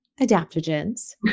adaptogens